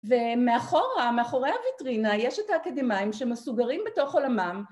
ומאחורה, מאחורי הויטרינה יש את האקדמאים שמסוגרים בתוך עולמם